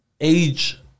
age